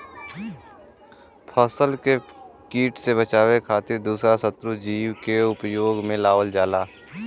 फसल के किट से बचावे खातिर दूसरा शत्रु जीव के उपयोग में लावल जाला